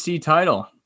title